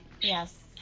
Yes